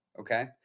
Okay